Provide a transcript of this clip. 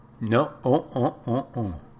no